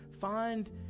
find